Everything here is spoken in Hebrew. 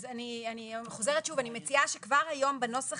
אז אני חוזרת שוב, אני מציעה שכבר היום בנוסח